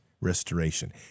restoration